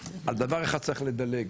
על דבר אחד צריך לדלג